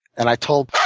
and i told